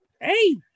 Hey